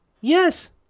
Yes